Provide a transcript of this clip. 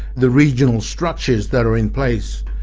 the regional structures that are in place,